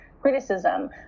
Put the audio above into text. criticism